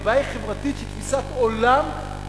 הבעיה היא בעיה חברתית של תפיסת עולם פוליטית,